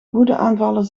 woedeaanvallen